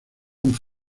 von